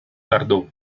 tardó